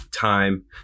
time